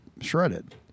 shredded